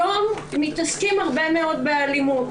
היום מתעסקים הרבה מאוד באלימות.